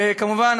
כמובן,